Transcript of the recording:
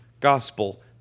gospel